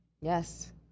Yes